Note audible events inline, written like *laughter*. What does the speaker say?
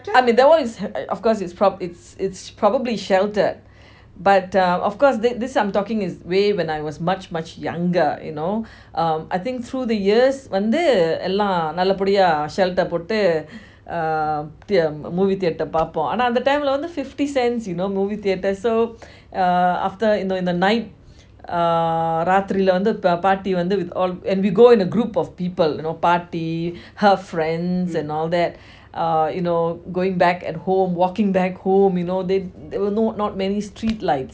I mean that one is ha~ of course it's prob~ it's probably sheltered but of course this I am talking is way when I was much much younger you know um I think through the year வந்து எல்லாம் னால பாடிய:vanthu ellam nala padiya shelter போடு:potu uh movie theatre பாப்போம் அனா அந்த:paapom ana antha time அப்போ அந்த:apo antha time lah fifty cents you know motive theatre so *breath* uh after in the night *breath* uh ராத்திரில வந்து பட்டி வந்து:rathirila vanthu patti vanthu all and we go in a group of people you know பாட்டி:paati her friends and all that *breath* uh you know going back at home walking back home you know the~ there were no not many street lights